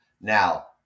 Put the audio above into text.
Now